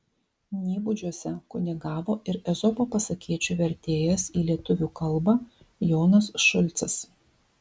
nybudžiuose kunigavo ir ezopo pasakėčių vertėjas į lietuvių kalbą jonas šulcas